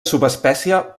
subespècie